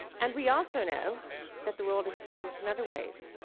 and we also know that the world has changed in other ways,